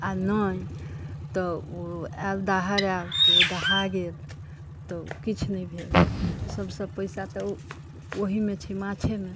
आओर नहि तऽ ओ आयल दाहर आयल तऽ ओ दहा गेल तऽ किछु नहि भेल सभसँ पैसा तऽ ओहिमे छै माछेमे